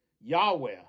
Yahweh